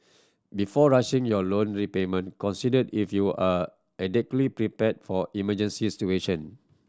before rushing your loan repayment consider if you are adequately prepared for emergency situation